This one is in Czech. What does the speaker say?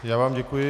Já vám děkuji.